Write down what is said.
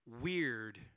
Weird